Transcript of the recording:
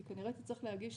היא כנראה תצטרך להגיש,